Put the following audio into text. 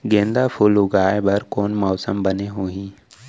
गेंदा फूल लगाए बर कोन मौसम बने होही?